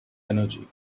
energy